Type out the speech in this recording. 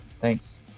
thanks